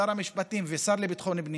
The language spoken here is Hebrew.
שר המשפטים והשר לביטחון הפנים,